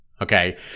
Okay